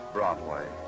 Broadway